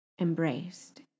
embraced